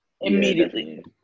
Immediately